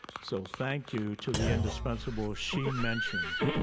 so thank you to the indispensibles she mentioned.